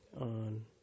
on